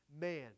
man